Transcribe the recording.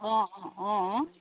অঁ অঁ অঁ অঁ